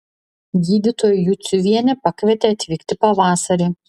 gydytoja juciuvienė pakvietė atvykti pavasarį